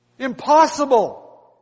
Impossible